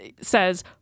says